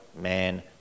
man